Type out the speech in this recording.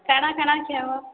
କାଣା କାଣା ଖାଏବ